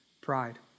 pride